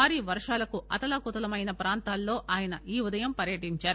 భారీ వర్షాలకు అతలాకుతలం అయిన ప్రాంతాలలో ఆయన ఈ ఉదయం పర్యటించారు